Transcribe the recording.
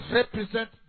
represent